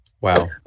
Wow